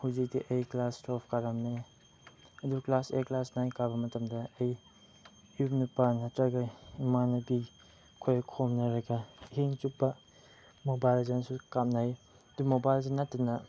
ꯍꯧꯖꯤꯛꯇꯤ ꯑꯩ class twelve ꯀꯥꯔꯝꯃꯦ ꯑꯗꯨ ꯀ꯭ꯂꯥꯁ ꯑꯩꯠ ꯀ꯭ꯂꯥꯁ ꯅꯥꯏꯟ ꯀꯥꯕ ꯃꯇꯝꯗ ꯑꯩ ꯏꯔꯨꯞ ꯏꯄꯥꯡ ꯅꯠꯇ꯭ꯔꯒ ꯏꯃꯥꯟꯅꯕꯤ ꯑꯩꯈꯣꯏ ꯍꯧꯅꯔꯒ ꯑꯍꯤꯡꯆꯨꯞꯄ ꯃꯣꯕꯥꯏꯜ ꯂꯦꯖꯦꯟꯁꯨ ꯀꯥꯞꯅꯩ ꯑꯗꯨ ꯃꯣꯕꯥꯏꯜ ꯂꯦꯖꯦꯟ ꯅꯠꯇꯅ